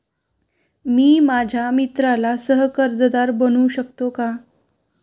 मी माझ्या मित्राला सह कर्जदार बनवू शकतो का?